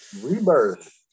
Rebirth